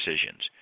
decisions